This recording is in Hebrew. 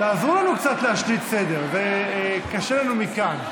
תעזרו לנו קצת להשליט סדר, זה קשה לנו מכאן.